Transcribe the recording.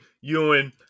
ewan